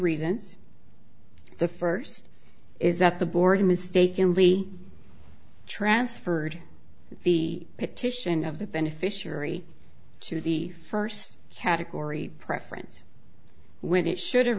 reasons the first is that the board mistakenly transferred the petition of the beneficiary to the first category preference when it should have